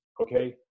okay